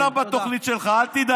לא נראה אותם בתוכנית שלך, אל תדאג.